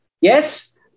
Yes